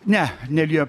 ne nelijo